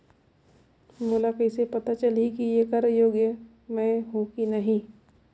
मोला कइसे पता चलही की येकर योग्य मैं हों की नहीं?